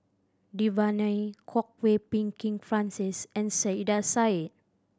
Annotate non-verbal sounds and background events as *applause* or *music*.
Devan Nair Kwok *unintelligible* Peng Kin Francis and Saiedah Said